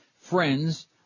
Friends